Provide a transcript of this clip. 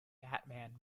batman